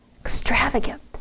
Extravagant